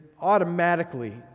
automatically